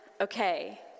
Okay